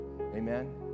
Amen